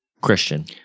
Christian